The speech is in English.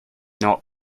not